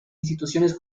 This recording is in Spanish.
instituciones